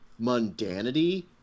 mundanity